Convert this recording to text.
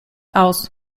aus